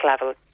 level